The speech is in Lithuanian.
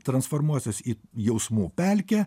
transformuosis į jausmų pelkę